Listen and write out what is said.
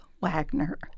Wagner